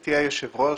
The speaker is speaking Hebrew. גברתי היושבת-ראש,